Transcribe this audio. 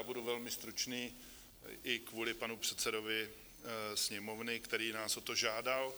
Budu velmi stručný, i kvůli panu předsedovi Sněmovny, který nás o to žádal.